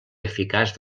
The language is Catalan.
eficaç